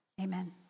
Amen